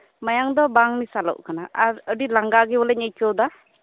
ᱢᱟᱭᱟᱝ ᱫᱚ ᱵᱟᱝ ᱢᱮᱥᱟᱞᱚᱜ ᱠᱟᱱᱟ ᱟᱹᱰᱤ ᱞᱟᱝᱜᱟ ᱵᱚᱞᱮᱧ ᱟᱹᱭᱠᱟᱹᱣ ᱫᱟ